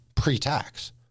Pre-tax